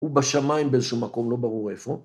ובשמיים באיזשהו מקום, לא ברור איפה.